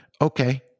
Okay